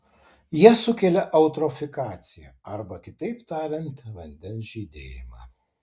jie sukelia eutrofikaciją arba kitaip tariant vandens žydėjimą